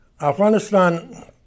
Afghanistan